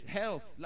health